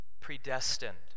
predestined